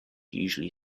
usually